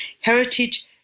Heritage